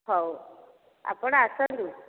ହଉ ଆପଣ ଆସନ୍ତୁ